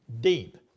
deep